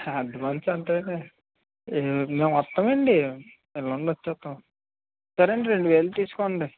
advance అంటే మేము వస్తామండి ఎల్లుండి వచ్చేస్తాం సరే అండి రెండు వేలు తీసుకోండి